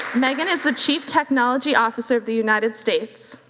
megan is the chief technology officer of the united states.